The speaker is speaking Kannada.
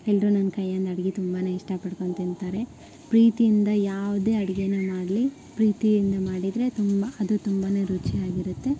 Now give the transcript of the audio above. ಎಲ್ಲರೂ ನನ್ನ ಕೈಯಿಂದ ಅಡುಗೆ ತುಂಬಾ ಇಷ್ಟಪಡ್ಕೊಂಡು ತಿಂತಾರೆ ಪ್ರೀತಿಯಿಂದ ಯಾವುದೇ ಅಡ್ಗೆನೇ ಮಾಡಲಿ ಪ್ರೀತಿಯಿಂದ ಮಾಡಿದರೆ ತುಂಬ ಅದು ತುಂಬ ರುಚಿಯಾಗಿರುತ್ತೆ